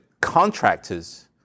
contractors